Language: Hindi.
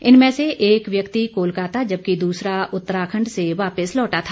इनमें से एक व्यक्ति कोलकाता जबकि दूसरा उतराखंड से वापिस लौटा था